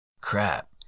Crap